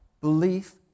belief